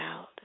out